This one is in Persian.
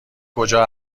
کجا